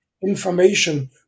information